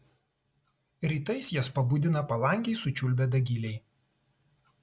rytais jas pabudina palangėj sučiulbę dagiliai